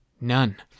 none